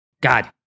God